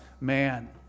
man